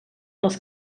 les